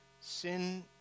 Sin